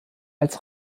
als